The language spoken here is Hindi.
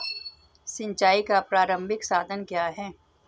सिंचाई का प्रारंभिक साधन क्या है?